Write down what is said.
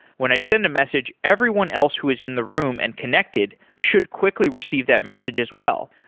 when i send a message, everyone else who is in the room and connected should quickly receive that message as well.